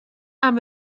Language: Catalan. amb